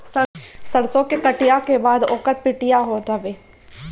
सरसो के कटिया के बाद ओकर पिटिया होत हवे